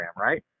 right